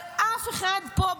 אבל אף אחד פה,